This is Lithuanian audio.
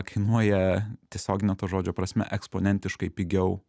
kainuoja tiesiogine to žodžio prasme eksponentiškai pigiau